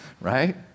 Right